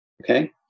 Okay